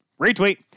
Retweet